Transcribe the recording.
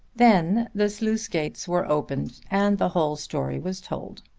then the sluice-gates were opened and the whole story was told.